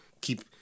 keep